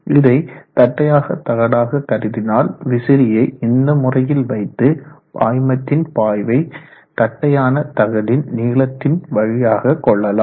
இதை தட்டையான தகடாக கருதினால் விசிறியை இந்த முறையில் வைத்து பாய்மத்தின் பாய்வை தட்டையான தகடின் நீளத்தின் வழியாக கொள்ளலாம்